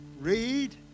Read